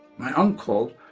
my uncle,